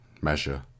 Measure